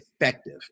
effective